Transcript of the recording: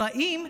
הרעים,